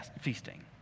feasting